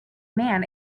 man